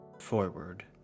forward